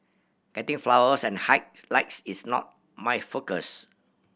getting followers and hike likes is not my focus